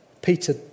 Peter